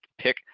pick